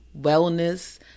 wellness